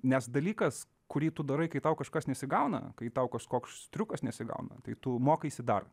nes dalykas kurį tu darai kai tau kažkas nesigauna kai tau kažkoks triukas nesigauna tai tu mokaisi dar